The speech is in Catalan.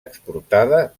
exportada